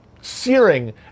searing